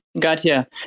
Gotcha